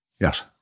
Yes